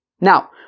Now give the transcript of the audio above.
Now